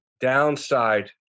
downside